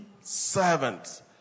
servants